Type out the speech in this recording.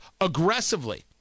aggressively